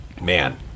man